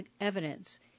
evidence